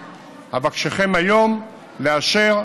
רכבת